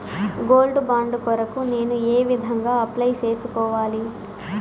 Gold bond కొరకు నేను ఏ విధంగా అప్లై సేసుకోవాలి?